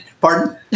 Pardon